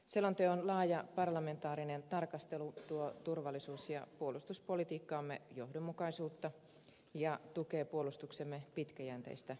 selonteon laaja parlamentaarinen tarkastelu tuo turvallisuus ja puolustuspolitiikkaamme johdonmukaisuutta ja tukee puolustuksemme pitkäjänteistä suunnittelua